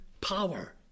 power